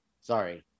sorry